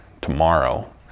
tomorrow